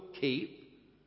keep